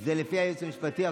זה לפי הייעוץ המשפטי,